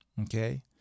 Okay